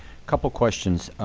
couple of questions.